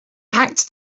packed